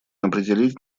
определить